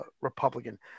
Republican